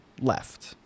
left